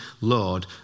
Lord